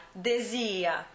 desia